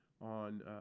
on